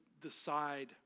decide